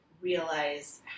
realize